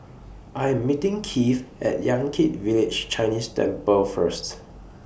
I Am meeting Keith At Yan Kit Village Chinese Temple First